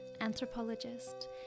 anthropologist